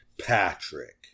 Patrick